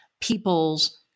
peoples